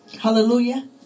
Hallelujah